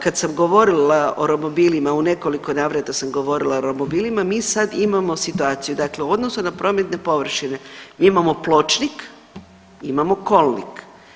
Kad sam govorila o romobilima u nekoliko navrata sam govorila o romobilima, mi sad imamo situaciju, dakle u odnosu na prometne površine mi imamo pločnik, imamo kolnikom.